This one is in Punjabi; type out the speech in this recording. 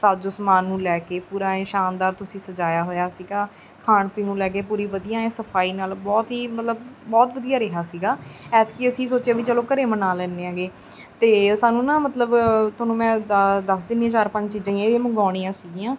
ਸਾਜੋ ਸਮਾਨ ਨੂੰ ਲੈ ਕੇ ਪੂਰਾ ਇਹ ਸ਼ਾਨਦਾਰ ਤੁਸੀਂ ਸਜਾਇਆ ਹੋਇਆ ਸੀਗਾ ਖਾਣ ਪੀਣ ਨੂੰ ਲੈ ਕੇ ਪੂਰੀ ਵਧੀਆ ਐਂ ਸਫਾਈ ਨਾਲ ਬਹੁਤ ਹੀ ਮਤਲਬ ਬਹੁਤ ਵਧੀਆ ਰਿਹਾ ਸੀਗਾ ਐਤਕੀ ਅਸੀਂ ਸੋਚਿਆ ਵੀ ਚਲੋ ਘਰੇ ਮਨਾ ਲੈਂਦੇ ਹੈਗੇ ਅਤੇ ਸਾਨੂੰ ਨਾ ਮਤਲਬ ਤੁਹਾਨੂੰ ਮੈਂ ਦ ਦੱਸ ਦਿੰਦੀ ਚਾਰ ਪੰਜ ਚੀਜ਼ਾਂ ਹੀ ਇਹ ਮੰਗਾਉਣੀਆਂ ਸੀਗੀਆਂ